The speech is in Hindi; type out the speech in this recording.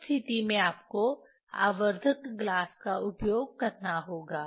उस स्थिति में आपको आवर्धक ग्लास का उपयोग करना होगा